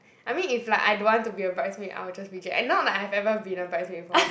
I mean if like I don't want to be a bridesmaid I will just reject and not like I have ever been a bridesmaid before